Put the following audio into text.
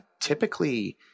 typically